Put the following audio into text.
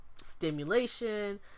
stimulation